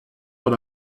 dans